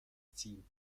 ziehen